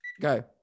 Go